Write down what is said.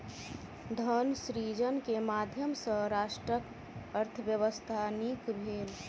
धन सृजन के माध्यम सॅ राष्ट्रक अर्थव्यवस्था नीक भेल